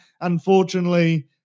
unfortunately